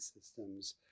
systems